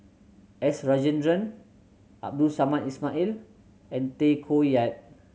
S Rajendran Abdul Samad Ismail and Tay Koh Yat